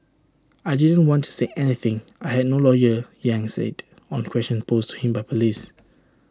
I didn't want to say anything I had no lawyer yang said on questions posed to him by Police